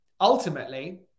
ultimately